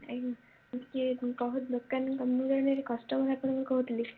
ଆଜ୍ଞା କିଏ କହୁ ଦୋକାନ ମୁଁ ଜଣେ କଷ୍ଟମର୍ ଆପଣଙ୍କୁ କହୁଥିଲି